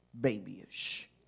babyish